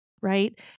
right